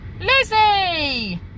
Lizzie